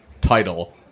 title